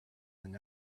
than